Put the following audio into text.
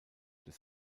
des